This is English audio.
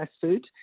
food